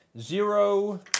zero